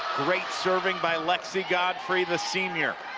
great serving by lexie godfrey, the senior